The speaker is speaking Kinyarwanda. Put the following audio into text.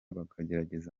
bakagerageza